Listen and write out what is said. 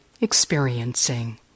experiencing